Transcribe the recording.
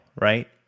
right